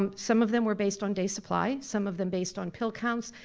um some of them were based on days' supply, some of them based on pill counts,